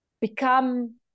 become